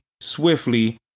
swiftly